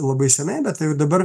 labai senai bet jau dabar